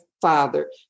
Father